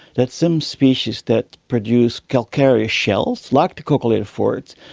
that some species that produce calcareous shells, like the coccolithophorids,